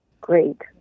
great